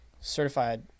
certified